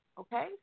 okay